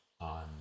on